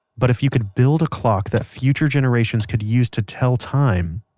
but if you could build a clock that future generations could use to tell time,